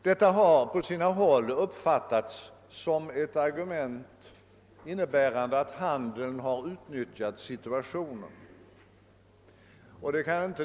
Detta har på sina håll uppfattats så, att handeln har utnyttjat situationen.